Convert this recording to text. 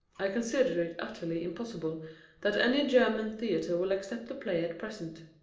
i consider it utterly impossible that any german theatre will accept the play at present.